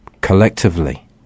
collectively